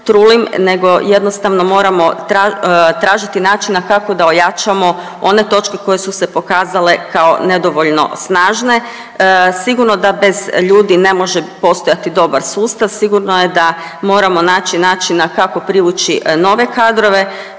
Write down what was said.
trulim, nego jednostavno moramo tražiti načina kako da ojačamo one točke koje su se pokazale kao nedovoljno snažne. Sigurno da bez ljudi ne može postojati dobar sustav, sigurno je da moramo naći načina kako privući nove kadrove.